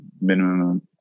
minimum